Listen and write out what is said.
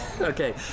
okay